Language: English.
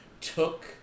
took